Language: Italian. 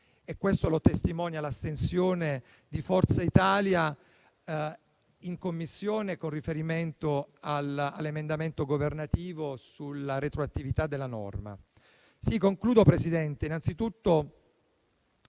e questo lo testimonia l'astensione di Forza Italia in Commissione con riferimento all'emendamento governativo sulla retroattività della norma. Concludo, signor Presidente.